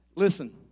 Listen